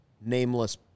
nameless